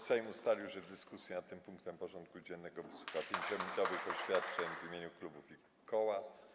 Sejm ustalił, że w dyskusji nad tym punktem porządku dziennego wysłucha 5-minutowych oświadczeń w imieniu klubów i koła.